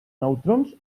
neutrons